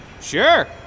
Sure